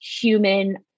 human